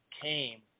came